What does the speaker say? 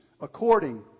according